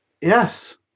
Yes